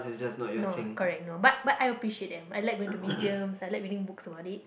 no correct no but but I appreciate them I like going to museums I like reading books about it